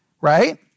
right